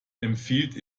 empfiehlt